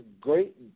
great